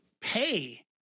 pay